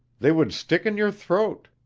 they would stick in your throat.